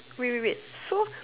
wait wait wait so